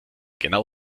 genau